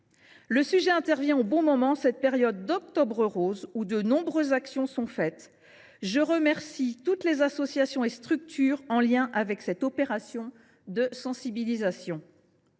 Le débat arrive au bon moment. En cette période d’Octobre rose, de nombreuses actions sont menées. Je remercie toutes les associations et structures en lien avec cette opération de sensibilisation.